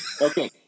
Okay